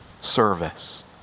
service